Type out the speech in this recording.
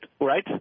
right